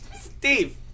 Steve